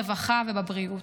כמו ברווחה ובבריאות.